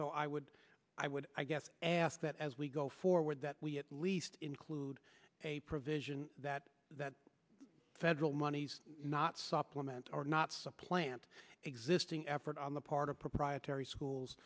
so i would i would i guess ask that as we go forward that we at least include a provision that that federal monies not supplement or not supplant existing effort on the part of proprietary schools